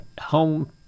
home